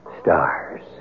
stars